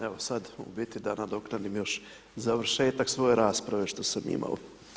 Evo sad u biti da nadoknadim još završetak svoje rasprave što sam imao.